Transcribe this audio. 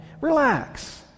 Relax